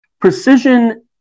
Precision